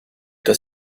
the